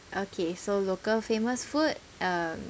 okay so local famous food um